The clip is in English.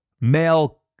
male